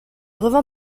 revend